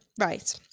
right